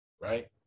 right